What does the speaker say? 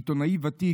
עיתונאי ותיק,